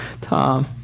Tom